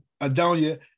Adonia